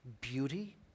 beauty